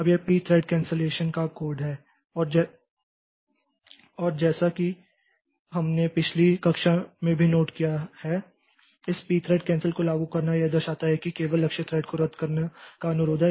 अब यह P thread cancellation का कोड है और जैसा कि हमने पिछली कक्षा में भी नोट किया है इस पी थ्रेड कैंसल को लागू करना यह दर्शाता है कि केवल लक्ष्य थ्रेड को रद्द करने का अनुरोध है